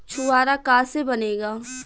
छुआरा का से बनेगा?